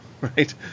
Right